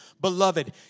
Beloved